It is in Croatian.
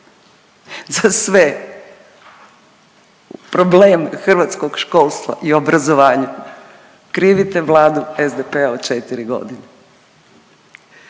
za sve probleme hrvatskog školstva i obrazovanja krivite vladu SDP-a od 4 godine.